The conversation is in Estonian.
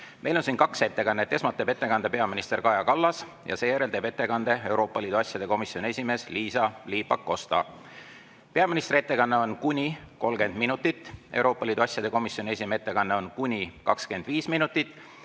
Meil on siin kaks ettekannet. Esmalt teeb ettekande peaminister Kaja Kallas ja seejärel teeb ettekande Euroopa Liidu asjade komisjoni esimees Liisa-Ly Pakosta. Peaministri ettekanne on kuni 30 minutit, Euroopa Liidu asjade komisjoni esimehe ettekanne on kuni 25 minutit.